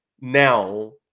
now